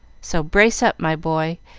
so brace up, my boy,